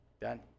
Done